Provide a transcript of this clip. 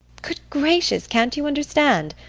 good gracious, can't you understand?